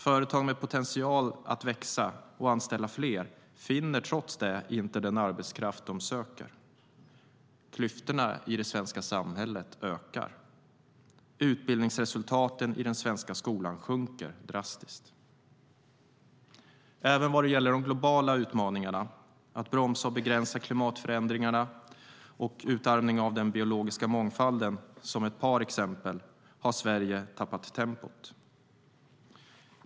Företag med potential att växa och anställa fler finner trots det inte den arbetskraft de söker. Klyftorna i det svenska samhället ökar. Utbildningsresultaten i den svenska skolan sjunker drastiskt. Även vad det gäller de globala utmaningarna - ett par exempel handlar om att bromsa och begränsa klimatförändringarna och om utarmningen av den biologiska mångfalden - har Sverige tappat tempo.